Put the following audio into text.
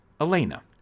Elena